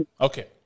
Okay